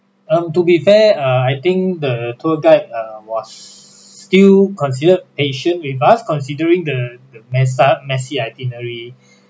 um to be fair err I think the tour guide err was still considered patient with us considering the the messed up messy itinerary